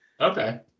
Okay